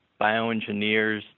bioengineers